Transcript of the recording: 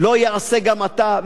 לא ייעשה גם עתה,